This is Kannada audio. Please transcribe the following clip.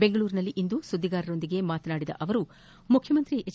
ಬೆಂಗಳೂರಿನಲ್ಲಿಂದು ಸುದ್ದಿಗಾರರೊಂದಿಗೆ ಮಾತನಾಡಿದ ಅವರು ಮುಖ್ಯಮಂತ್ರಿ ಹೆಚ್